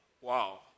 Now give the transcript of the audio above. wow